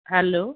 hello